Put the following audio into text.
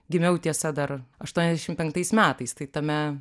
gimiau tiesa dar aštuoniasdešim penktais metais tai tame